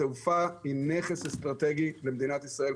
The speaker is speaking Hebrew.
התעופה היא נכס אסטרטגי למדינת ישראל.